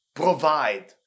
provide